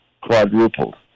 quadrupled